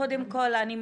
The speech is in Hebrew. קודם כל אני מתרגשת,